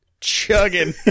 Chugging